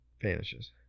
vanishes